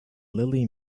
lily